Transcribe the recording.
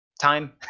time